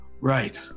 Right